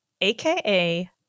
AKA